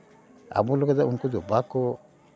ᱟᱵᱚ ᱞᱮᱠᱟ ᱫᱚ ᱩᱱᱠᱩ ᱫᱚ ᱵᱟᱠᱚ